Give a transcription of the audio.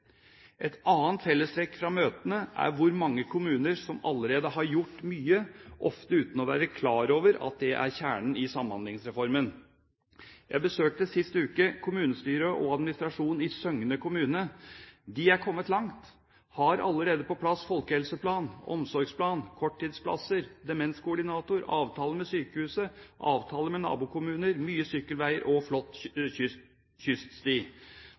Et annet fellestrekk fra møtene er hvor mange kommuner som allerede har gjort mye, ofte uten å være klar over at det er kjernen i Samhandlingsreformen. Jeg besøkte sist uke kommunestyret og -administrasjonen i Søgne. De har kommet langt! De har allerede på plass folkehelseplan, omsorgsplan, korttidsplasser, demenskoordinator, avtale med sykehuset, avtaler med nabokommuner, mange sykkelveier og en flott